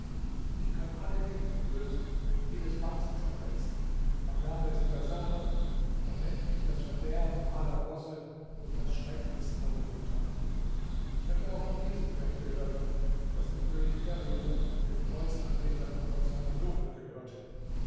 ich kann alle ketten lösen und jedes band zerreißen mein name ist ghasan und man nennt mich das verderben aller rosse und das schrecknis aller ritter ich hatte auch von diesem pferd gehört das dem könig feridun dem kreuzanbeter von konstantinopel gehörte